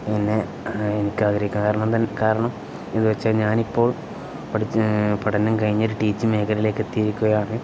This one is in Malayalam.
പിന്നെ എനിക്ക് ആഗ്രഹിക്കാൻ കാരണം ത കാരണം എന്ന് വെച്ചാൽ ഞാൻ ഇപ്പോൾ പഠിച്ച് പഠനം കഴിഞ്ഞൊരു ടീച്ചിങ് മേഖലയിലേക്ക് എത്തിയിരിക്കുകയാണ്